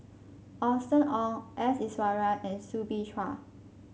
Austen Ong S Iswaran and Soo Bin Chua